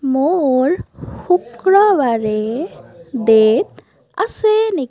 মোৰ শুক্ৰবাৰে ডেট আছে নেকি